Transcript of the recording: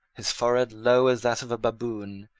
his forehead low as that of a baboon,